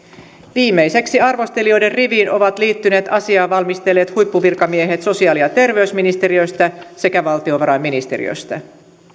viimeiseksi arvostelijoiden riviin ovat liittyneet asiaa valmistelleet huippuvirkamiehet sosiaali ja terveysministeriöstä ja valtiovarainministeriöstä